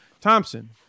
Thompson